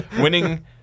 Winning